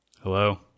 Hello